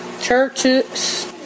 churches